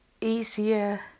easier